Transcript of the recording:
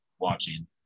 watching